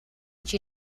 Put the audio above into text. she